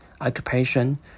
occupation